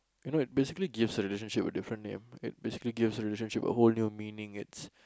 you know basically gives a relationship a different name it basically gives a relationship a whole new meaning it's